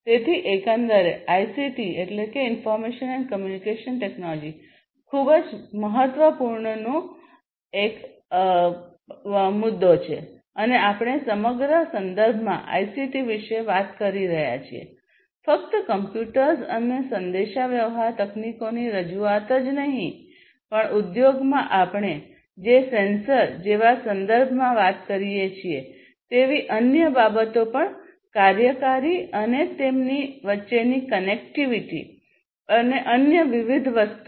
તેથી એકંદરે આઇસીટી ખૂબ મહત્વનું છે અને આપણે સમગ્ર સંદર્ભમાં આઇસીટી વિશે વાત કરી રહ્યા છીએ ફક્ત કોમ્પ્યુટર્સ અને સંદેશાવ્યવહાર તકનીકોની રજૂઆત જ નહીં પણ ઉદ્યોગમાં આપણે જે સેન્સર જેવા સંદર્ભમાં વાત કરીએ છીએ તેવી અન્ય બાબતો પણ કાર્યકારી અને તેમની વચ્ચેની કનેક્ટિવિટી અને અન્ય વિવિધ વસ્તુઓ